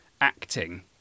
acting